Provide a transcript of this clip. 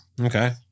Okay